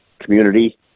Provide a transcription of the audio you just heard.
community